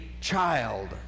child